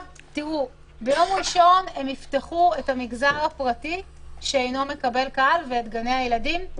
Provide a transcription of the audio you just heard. ביום ראשון יפתחו את המגזר הפרטי שלא מקבל קהל ואת גני הילדים.